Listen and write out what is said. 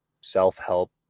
self-help